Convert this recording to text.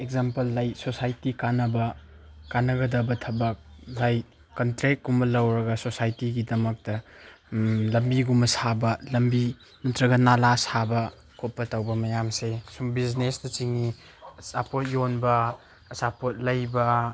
example ꯂꯩ society ꯀꯥꯟꯅꯕ ꯀꯥꯟꯅꯒꯗꯕ ꯊꯕꯛ ꯂꯥꯏꯛ ꯀꯟꯇ꯭ꯔꯦꯛꯀꯨꯝꯕ ꯂꯧꯔꯒ ꯁꯣꯁꯥꯏꯇꯤꯒꯤꯗꯃꯛꯇ ꯂꯝꯕꯤꯒꯨꯝꯕ ꯁꯥꯕ ꯂꯝꯕꯤ ꯅꯠꯇ꯭ꯔꯒ ꯅꯥꯂꯥ ꯁꯥꯕ ꯈꯣꯠꯄ ꯇꯧꯕ ꯃꯌꯥꯝꯁꯦ ꯁꯨꯝ ꯕꯤꯖꯤꯅꯦꯁꯇ ꯆꯤꯡꯏ ꯑꯆꯥꯄꯣꯠ ꯌꯣꯟꯕ ꯑꯆꯥꯄꯣꯠ ꯂꯩꯕ